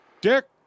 Dick